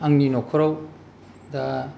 आंनि न'खराव दा